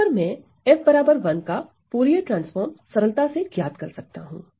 यहां पर मैं f1 का फूरिये ट्रांसफॉर्म सरलता से ज्ञात कर सकता हूं